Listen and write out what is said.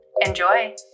Enjoy